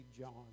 John